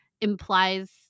implies